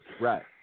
Right